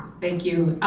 thank you,